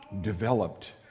Developed